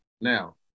now